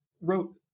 wrote